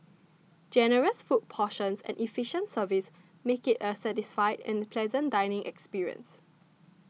generous food portions and efficient service make it a satisfied and pleasant dining experience